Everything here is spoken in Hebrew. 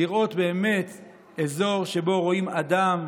לראות אזור שבו רואים אדם,